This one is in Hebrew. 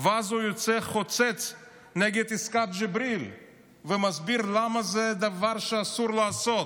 הוא יצא חוצץ נגד עסקת ג'יבריל ומסביר למה זה דבר שאסור לעשות.